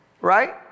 Right